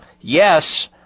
yes